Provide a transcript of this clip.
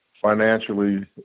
Financially